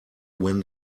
when